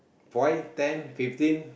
five ten fifteen